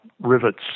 rivets